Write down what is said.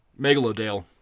Megalodale